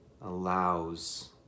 allows